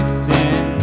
sin